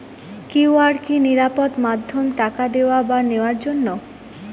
QR কি নিরাপদ মাধ্যম টাকা দেওয়া বা নেওয়ার জন্য?